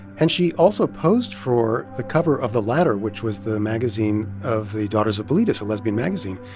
and she also posed for the cover of the ladder, which was the magazine of the daughters of bilitis, a lesbian magazine.